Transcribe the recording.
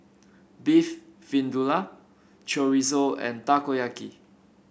Beef Vindaloo Chorizo and Takoyaki